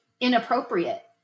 inappropriate